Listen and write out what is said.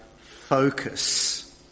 focus